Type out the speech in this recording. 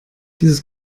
dieses